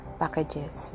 packages